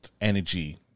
energy